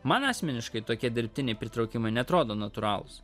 man asmeniškai tokie dirbtiniai pritraukimai neatrodo natūralūs